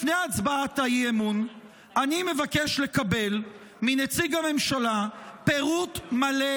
לפני הצבעת האי-אמון אני מבקש לקבל מנציג הממשלה פירוט מלא